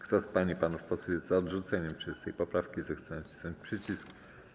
Kto z pań i panów posłów jest za odrzuceniem 30. poprawki, zechce nacisnąć przycisk.